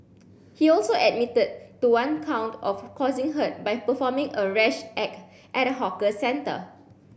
he also admitted to one count of causing hurt by performing a rash act at a hawker centre